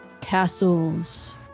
castles